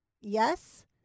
Yes